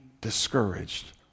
discouraged